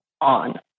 on